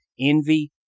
Envy